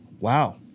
Wow